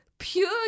Pure